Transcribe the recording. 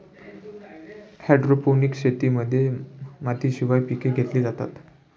hydroponics शेतीमध्ये मातीशिवाय पिके घेतली जातात